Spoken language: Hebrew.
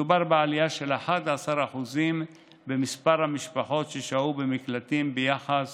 מדובר בעלייה של 11% במספר המשפחות ששהו במקלטים ביחס